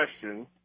question